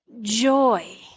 Joy